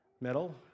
metal